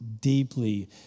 deeply